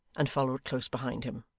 and followed close behind him.